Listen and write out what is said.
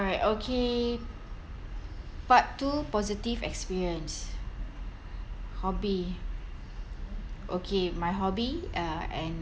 alright okay part two positive experience hobby okay my hobby uh and